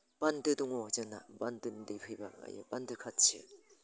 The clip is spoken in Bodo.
बान्दो दङ जोंना बान्दोनि दै फैब्ला गायो बान्दो खाथि